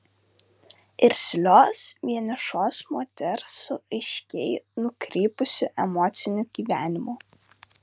irzlios vienišos moters su aiškiai nukrypusiu emociniu gyvenimu